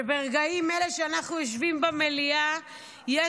כשברגעים אלה שאנחנו יושבים במליאה יש